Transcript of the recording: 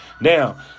Now